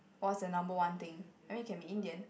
what's the number one thing I mean it can be Indian